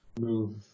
move